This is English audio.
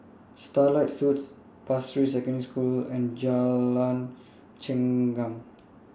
Starlight Suites Pasir Ris Secondary School and Jalan Chengam